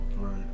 right